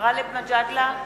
גאלב מג'אדלה,